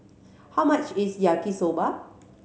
how much is Yaki Soba